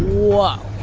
whoa